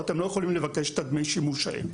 או: אתם לא יכולים לבקש את דמי השימוש האלה.